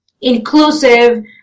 inclusive